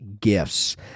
gifts